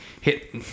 hit